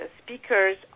speakers